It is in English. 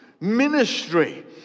ministry